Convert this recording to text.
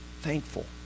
thankful